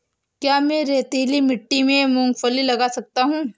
क्या मैं रेतीली मिट्टी में मूँगफली लगा सकता हूँ?